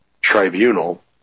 tribunal